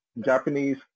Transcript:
Japanese